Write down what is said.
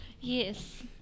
Yes